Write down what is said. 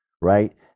right